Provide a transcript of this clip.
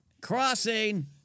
Crossing